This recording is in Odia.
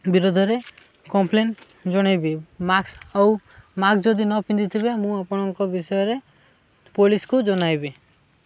ବିରୋଧରେ କମ୍ପ୍ଲେନ ଜଣେଇବି ମାସ୍କ ଆଉ ମାସ୍କ ଯଦି ନ ପିନ୍ଧିଥିବେ ମୁଁ ଆପଣଙ୍କ ବିଷୟରେ ପୋଲିସକୁ ଜଣାଇବି